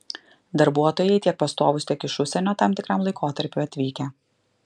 darbuotojai tiek pastovūs tiek iš užsienio tam tikram laikotarpiui atvykę